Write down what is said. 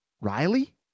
Riley